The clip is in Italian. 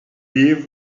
view